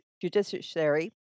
judiciary